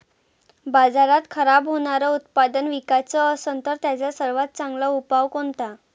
बाजारात खराब होनारं उत्पादन विकाच असन तर त्याचा सर्वात चांगला उपाव कोनता?